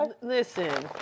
listen